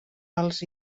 els